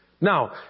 Now